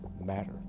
matter